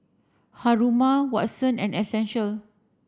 Haruma Watson and Essential